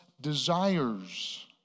desires